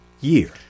year